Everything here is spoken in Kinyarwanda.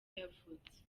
yavutse